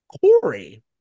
Corey